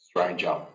stranger